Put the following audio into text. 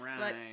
Right